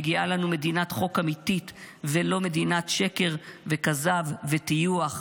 מגיעה לנו מדינת חוק אמיתית ולא מדינת שקר וכזב וטיוח.